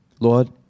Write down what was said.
Lord